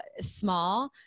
small